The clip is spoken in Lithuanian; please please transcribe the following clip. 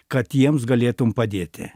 kad jiems galėtum padėti